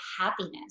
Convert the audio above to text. happiness